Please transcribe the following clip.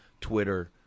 Twitter